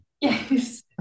Yes